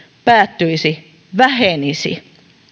päättyisi vähenisi